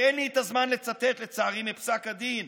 לצערי אין לי את הזמן לצטט מפסק הדין,